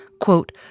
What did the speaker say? quote